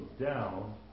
down